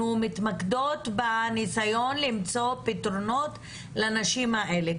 אנחנו מתמקדות בניסיון למצוא פתרונות לנשים האלה.